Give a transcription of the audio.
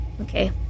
Okay